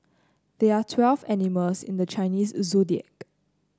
there are twelve animals in the Chinese Zodiac